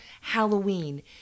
Halloween